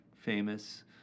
famous